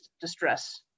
distress